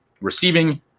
receiving